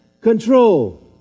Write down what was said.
control